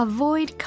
Avoid